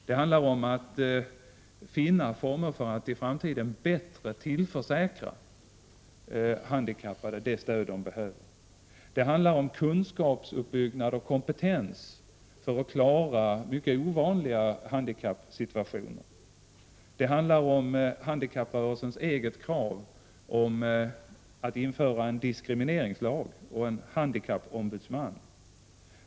De handlar om att man i framtiden skall finna former för att tillförsäkra handikappade de stöd som de behöver. De handlar om kunskapsuppbyggnad och kompetens för att klara mycket ovanliga handikappsituationer. De handlar om handikapprörelsens krav på införande av en diskrimineringslag och krav på en handikappombudsman.